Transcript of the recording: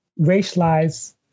racialized